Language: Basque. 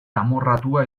amorratua